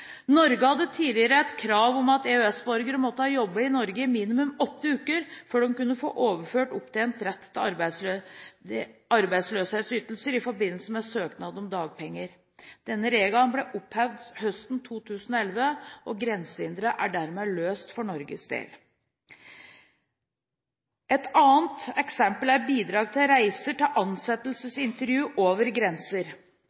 Norge hadde tidligere et krav om at EØS-borgere måtte ha jobbet i Norge i minimum åtte uker før de kunne få overført opptjent rett til arbeidsløshetsytelser i forbindelse med søknad om dagpenger. Denne regelen ble opphevet høsten 2011, og grensehindret er dermed løst for Norges del. Et annet eksempel er bidrag til reiser til